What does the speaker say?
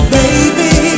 baby